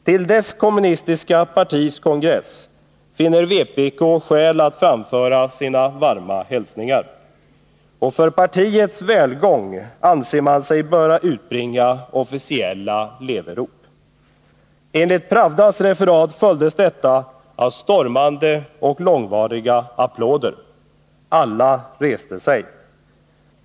Till dess kommunistiska partis kongress finner vpk skäl att framföra sina varma hälsningar, och för partiets välgång anser man sig böra utbringa officiella leverop. Enligt Pravdas referat följdes detta av stormande och långvariga applåder. Alla reste sig.